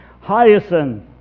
Hyacinth